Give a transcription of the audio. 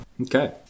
Okay